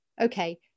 okay